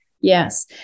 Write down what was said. Yes